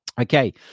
Okay